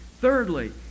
Thirdly